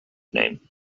name